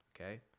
okay